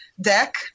deck